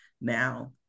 now